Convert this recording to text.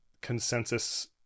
consensus